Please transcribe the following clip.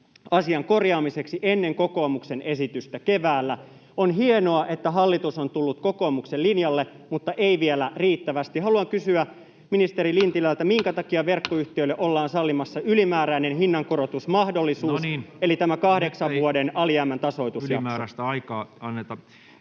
asian korjaamiseksi ennen kokoomuksen esitystä keväällä. On hienoa, että hallitus on tullut kokoomuksen linjalle, mutta ei vielä riittävästi. Haluan kysyä ministeri Lintilältä: minkä takia verkkoyhtiöille ollaan sallimassa ylimääräinen hinnankorotusmahdollisuus eli tämä kahdeksan vuoden alijäämän tasoitusjakso? No niin, nyt ei ylimääräistä aikaa anneta.